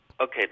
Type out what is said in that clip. Okay